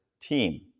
team